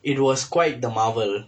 it was quite the marvel